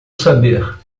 saber